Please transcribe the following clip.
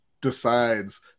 decides